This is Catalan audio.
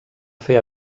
fer